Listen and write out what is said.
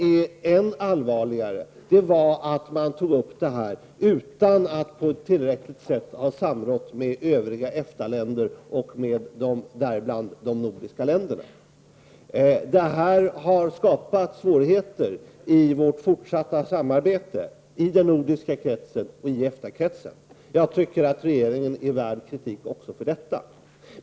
Än allvarligare är att man tog upp frågan utan att ha samrått tillräckligt med de övriga EFTA-länderna, däribland de nordiska länderna. Detta har skapat svårigheter för vårt fortsatta samarbete i den nordiska kretsen och i EFTA-kretsen. Jag tycker att regeringen är värd kritik också för detta.